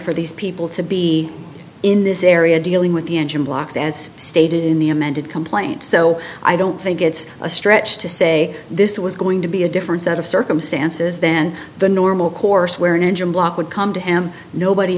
for these people to be in this area dealing with the engine blocks as stated in the amended complaint so i don't think it's a stretch to say this was going to be a different set of circumstances than the normal course where an engine block would come to him nobody